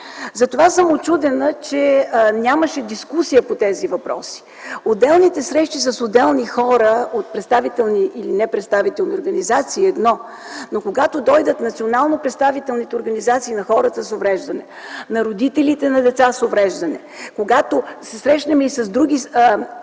Затова съм учудена, че нямаше дискусия по тези въпроси. Отделните срещи с отделни хора от представителни или непредставителни организации е едно, но когато дойдат национално представените организации на хората с увреждане, на родителите на деца с увреждания, когато се срещаме и с други